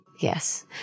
Yes